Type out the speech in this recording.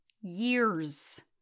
years